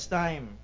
time